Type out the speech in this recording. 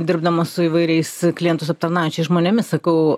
dirbdama su įvairiais klientus aptarnaujančiais žmonėmis sakau